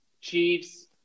Chiefs